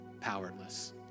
powerless